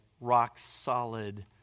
rock-solid